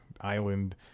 island